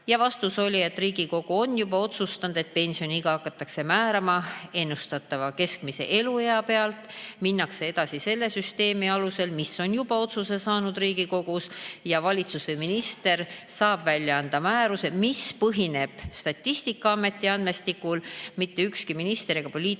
Vastus oli, et Riigikogu on juba otsustanud, et pensioniiga hakatakse määrama ennustatava keskmise eluea pealt. Minnakse edasi selle süsteemi alusel, mis on juba Riigikogus otsustatud, ja valitsus või minister saab anda määruse, mis põhineb Statistikaameti andmestikul. Mitte ükski minister ega poliitiline